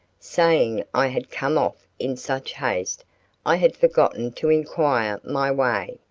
saying i had come off in such haste i had forgotten to inquire my way.